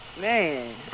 Man